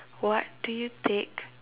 what do you take